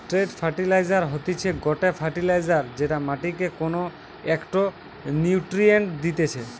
straight fertiliser হতিছে গটে fertiliser যেটা মাটিকে কোনো একটো নিউট্রিয়েন্ট দিতেছে